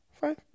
five